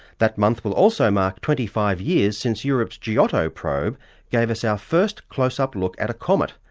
that month will also mark twenty five years since europe's giotto probe gave us our first close-up look at a comet,